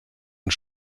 und